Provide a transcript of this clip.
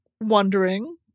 wondering